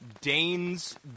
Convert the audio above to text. Dane's